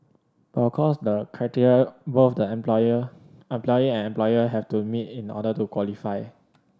but of course there are criteria both the employer employee and employer have to meet in order to qualify